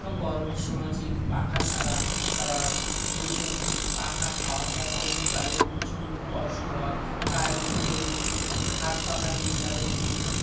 গরমের সময় যেহেতু পাখা ছাড়া তারা প্রচুর পাখার হাওয়া ছাড়া তাদের প্রচণ্ড কষ্ট হয় তাই কী করি হাত পাখা দিয়ে তাদের দিনে